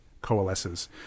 coalesces